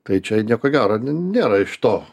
tai čia nieko gero nėra iš to